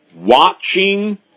Watching